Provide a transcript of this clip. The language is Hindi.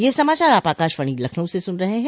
ब्रे क यह समाचार आप आकाशवाणी लखनऊ से सुन रहे हैं